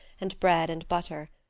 and bread and butter.